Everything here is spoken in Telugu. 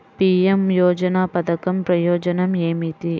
పీ.ఎం యోజన పధకం ప్రయోజనం ఏమితి?